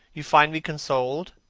you find me consoled,